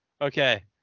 Okay